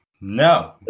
no